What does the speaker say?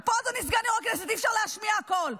ופה, אדוני סגן יו"ר הכנסת, אי-אפשר להשמיע הכול.